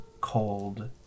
cold